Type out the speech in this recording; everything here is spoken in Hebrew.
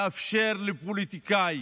לאפשר לפוליטיקאי